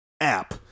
app